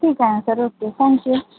ठीक आहे ना सर ओके थँक यू